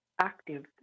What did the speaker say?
active